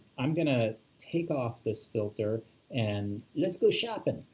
i'm going to take off this filter and let's go shopping.